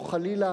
או חלילה